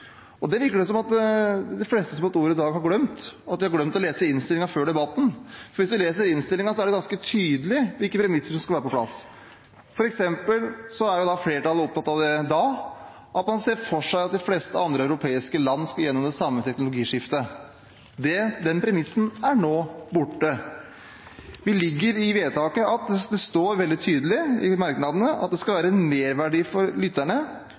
plass. Det virker det som at de fleste som har hatt ordet i dag, har glemt, de har glemt å lese innstillingen før debatten. Hvis man leser innstillingen, er det ganske tydelig hvilke premisser som skulle være på plass. For eksempel var flertallet da opptatt av at man ser for seg at de fleste andre europeiske land skal gjennom det samme teknologiskiftet. Den premissen er nå borte. Det står veldig tydelig i merknadene at det skal være «en merverdi for lytterne